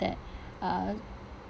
that uh